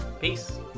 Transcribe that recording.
Peace